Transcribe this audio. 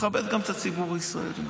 מכבד גם את הציבור הישראלי.